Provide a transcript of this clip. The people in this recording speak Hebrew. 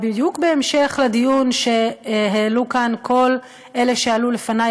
בדיוק בהמשך לדיון שהעלו כאן כל אלה שעלו לפני,